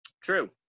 True